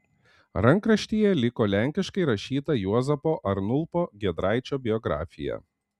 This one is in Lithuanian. rankraštyje liko lenkiškai rašyta juozapo arnulpo giedraičio biografija